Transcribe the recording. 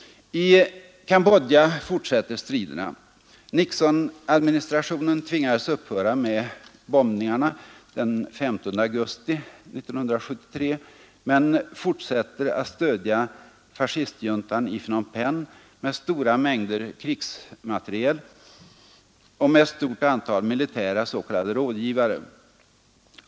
I Cambodja pågår striderna alltjämt. Nixonadministrationen tvingades upphöra med bombningarna den 15 augusti 1973 men fortsätter att stödja fascistjuntan i Phnom Penh med stora mängder krigsmateriel och med ett stort antal militära s.k. rådgivare.